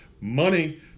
money